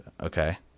Okay